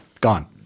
gone